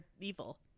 evil